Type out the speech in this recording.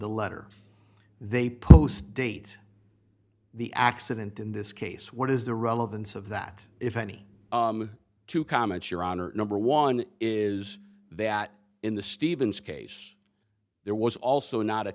the letter they post date the accident in this case what is the relevance of that if any to comment your honor number one is that in the stevens case there was also not